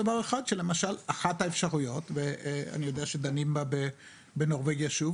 אחת האפשרויות ואני יודע שדנים בה בנורבגיה שוב